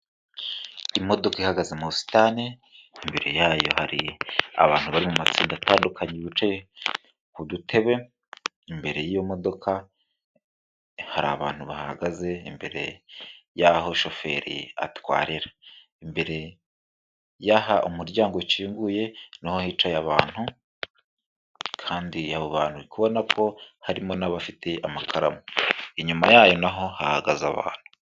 Imodoka ihagaze mu busitani, imbere yayo hari abantu bari mu matsinda atandukanye bicaye ku dutebe, imbere y'iyo modoka hari abantu bahahagaze imbere y'aho shoferi atwarira, imbere y'aha umuryango ukinguye niho hicaye abantu kandi abo bantu uri kubona ko harimo n'abafite amakaramu, inyuma yayo na ho hahagaze abantu.